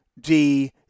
D-